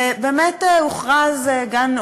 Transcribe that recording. ובאמת הוכרז גן,